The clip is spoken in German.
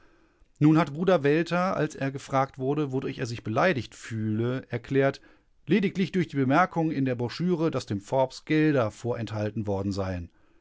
nun hat bruder welter als er gefragt wurde wodurch er sich beleidigt fühle erklärt lediglich durch die bemerkung in der broschüre daß dem forbes gelder vorenthalten worden seien